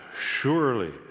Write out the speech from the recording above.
Surely